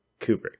Kubrick